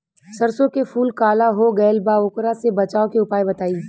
सरसों के फूल काला हो गएल बा वोकरा से बचाव के उपाय बताई?